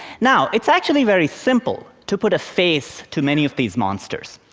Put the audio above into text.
now it's actually very simple to put a face to many of these monsters.